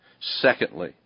Secondly